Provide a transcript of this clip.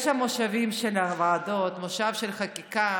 יש שם מושבים של הוועדות, מושב של חקיקה.